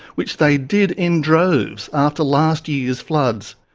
which they did in droves after last year's floods.